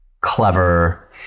clever